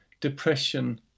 depression